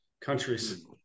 countries